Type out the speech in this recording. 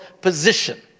position